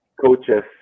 coaches